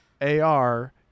AR